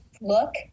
look